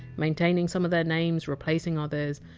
maintaining some of their names, replacing others,